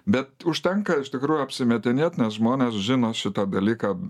bet užtenka iš tikrųjų apsimetinėt nes žmonės žino šitą dalyką